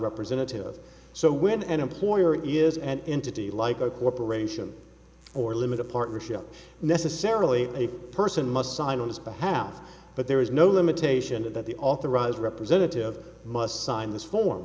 representative so when an employee is an entity like a corporation or limited partnership necessarily a person must sign on his behalf but there is no limitation to that the authorized representative must sign this for